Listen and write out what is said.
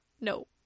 No